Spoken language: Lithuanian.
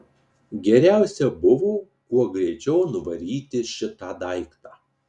geriausia buvo kuo greičiau nuvaryti šitą daiktą